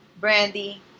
Brandy